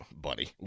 Buddy